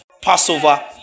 Passover